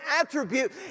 attribute